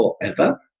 forever